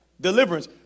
Deliverance